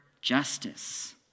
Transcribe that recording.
justice